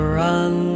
run